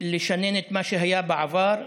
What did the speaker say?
לשנן את מה שהיה בעבר,